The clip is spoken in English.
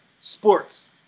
sports